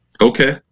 Okay